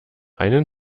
einen